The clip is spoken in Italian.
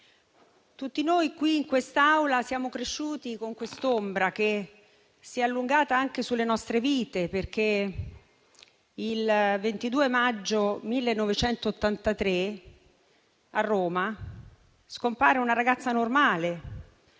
Tutti noi in quest'Aula siamo cresciuti con quest'ombra che si è allungata anche sulle nostre vite, perché il 22 maggio 1983 a Roma scompare una ragazza normale,